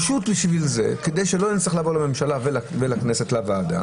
כדי שלא נצטרך לבוא לממשלה ולוועדה